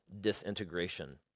disintegration